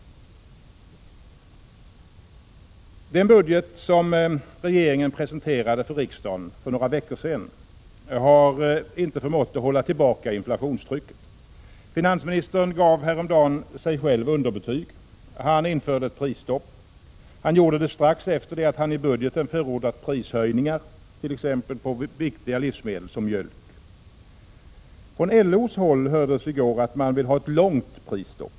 Den budget som regeringen presenterade för riksdagen för några veckor sedan har inte förmått att hålla tillbaka inflationstrycket. Finansministern gav häromdagen sig själv underbetyg. Han införde ett prisstopp. Han gjorde det strax efter det att han i budgeten hade förordat prishöjningar, t.ex. på viktiga livsmedel som mjölk. Från LO:s håll hördes i går att man vill ha ett långt prisstopp.